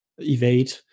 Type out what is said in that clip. evade